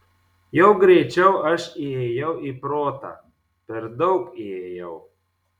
jau greičiau aš įėjau į protą per daug įėjau